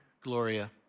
Gloria